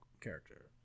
character